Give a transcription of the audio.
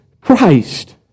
Christ